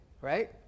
right